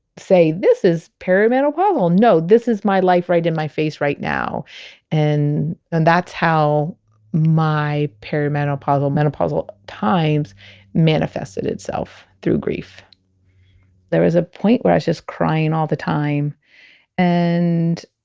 say. this is perimenopausal no this is my life right in my face right now and and that's how my perimenopausal menopausal times manifested itself, through grief there was a point where i was just crying all the time and